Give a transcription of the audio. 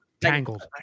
Tangled